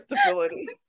stability